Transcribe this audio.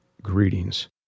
Greetings